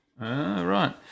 right